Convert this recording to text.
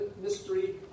mystery